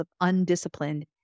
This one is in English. undisciplined